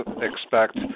expect